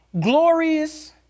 glorious